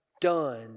done